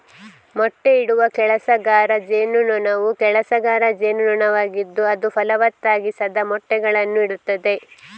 ಮೊಟ್ಟೆಯಿಡುವ ಕೆಲಸಗಾರ ಜೇನುನೊಣವು ಕೆಲಸಗಾರ ಜೇನುನೊಣವಾಗಿದ್ದು ಅದು ಫಲವತ್ತಾಗಿಸದ ಮೊಟ್ಟೆಗಳನ್ನು ಇಡುತ್ತದೆ